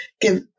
give